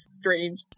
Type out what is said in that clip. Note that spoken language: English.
Strange